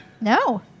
No